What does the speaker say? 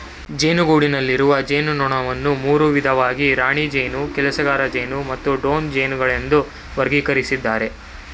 ಜೇನುಗೂಡಿನಲ್ಲಿರುವ ಜೇನುನೊಣವನ್ನು ಮೂರು ವಿಧವಾಗಿ ರಾಣಿ ಜೇನು ಕೆಲಸಗಾರಜೇನು ಮತ್ತು ಡ್ರೋನ್ ಜೇನುಗಳೆಂದು ವರ್ಗಕರಿಸಿದ್ದಾರೆ